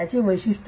त्याचे वैशिष्ट्य